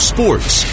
Sports